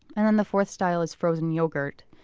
and and the fourth style is frozen yogurt.